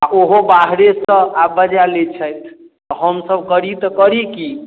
आ ओहो बाहरेसँ आब बजाय लय छथि तऽ हमसभ करी तऽ करी की